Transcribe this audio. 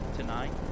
tonight